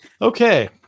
Okay